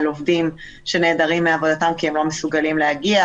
עובדים שנעדרים מעבודתם כי הם לא מסוגלים להגיע,